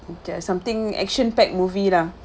that are something action packed movie lah